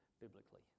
biblically